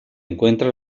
encuentra